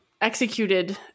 executed